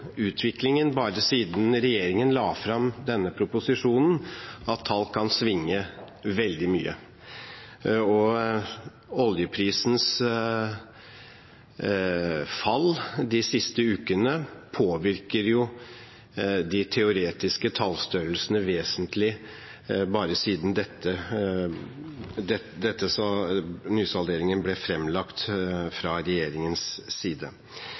utviklingen bare siden regjeringen la fram denne proposisjonen, at tall kan svinge veldig mye. Oljeprisens fall de siste ukene har påvirket de teoretiske tallstørrelsene vesentlig bare siden nysalderingen ble fremlagt fra regjeringens side.